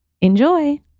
Enjoy